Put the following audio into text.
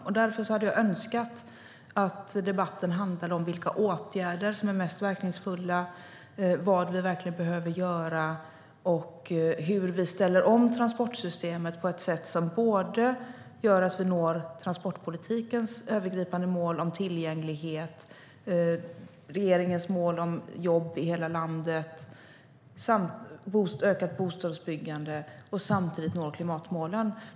Jag hade därför önskat att debatten handlade om vilka åtgärder som är mest verkningsfulla, vad vi verkligen behöver göra och hur vi ställer om transportsystemet på ett sätt som gör att vi når transportpolitikens övergripande mål om tillgänglighet, regeringens mål om jobb i hela landet och ökat bostadsbyggande samtidigt som vi når klimatmålen.